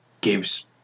gives